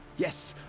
yes!